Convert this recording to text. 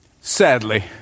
sadly